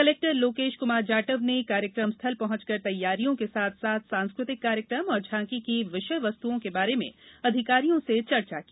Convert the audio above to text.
collector Lokesh Kumar Jatav ने कार्यक्रम स्थल पहंचकर तैयारियों के साथ साथ सांस्कृतिक कार्यक्रम और झांकी की विषय वस्तुओं के बारे में अधिकारियों से चर्चा की